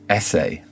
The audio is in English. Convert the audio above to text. essay